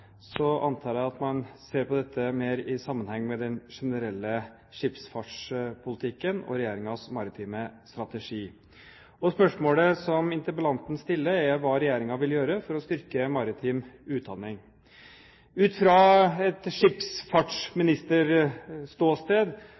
antar jeg at man ser på dette mer i sammenheng med den generelle skipsfartspolitikken og regjeringens maritime strategi. Spørsmålet som interpellanten stiller, er hva regjeringen vil gjøre for å styrke maritim utdanning. Ut fra et skipsfartsministerståsted